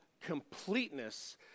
completeness